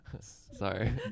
Sorry